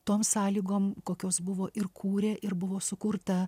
tom sąlygom kokios buvo ir kūrė ir buvo sukurta